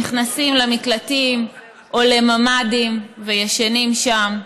נכנסים למקלטים או לממ"דים וישנים שם,